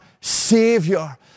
Savior